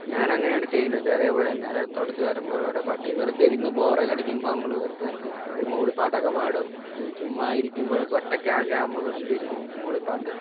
ഞാൻ അങ്ങനെയാണ് ചെയ്യുന്നത് അതേപോലെന്നെ നിലം തുടച്ചുവാരുമ്പോഴും ഓരോ പാട്ട് വെറുതെ ഇരുന്ന് ബോറോക്കെ അടിക്കുമ്പോൾ നമ്മൾ വെറുതെ ഒരു മൂളിപ്പാട്ടൊക്കെ പാടും ചുമ്മാ ഇരിക്കുമ്പോഴൊക്കെ ഒറ്റയ്ക്കാകുമ്പോൾ വെറുതെ ഇരിക്കുമ്പോൾ മൂളിപ്പാട്ടും